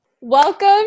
Welcome